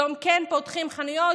יום כן פותחים חנויות,